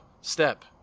step